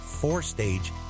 four-stage